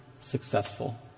successful